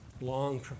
long